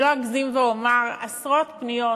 אני לא אגזים, ואומר: עשרות פניות